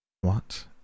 What